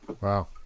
wow